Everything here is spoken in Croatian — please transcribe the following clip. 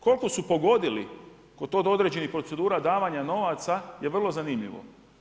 Koliko su pogodili kod određenih procedura davanja novaca je vrlo zanimljivo.